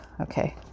Okay